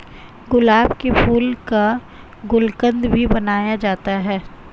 गुलाब के फूल का गुलकंद भी बनाया जाता है